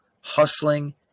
hustling